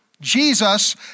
Jesus